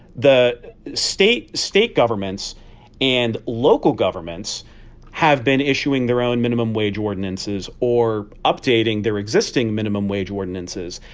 the state state governments and local governments have been issuing their own minimum wage ordinances or updating their existing minimum wage ordinances.